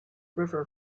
river